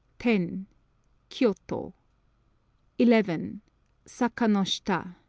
ten kioto eleven saka-no-shita